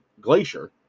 Glacier